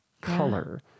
color